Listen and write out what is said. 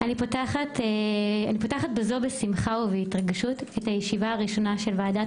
אני פותחת בשמחה ובהתרגשות את הישיבה הראשונה של ועדת